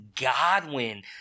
Godwin